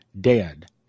dead